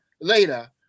Later